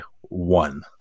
one